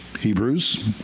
Hebrews